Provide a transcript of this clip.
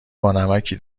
بانمکی